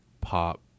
pop